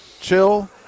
Chill